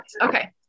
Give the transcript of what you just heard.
Okay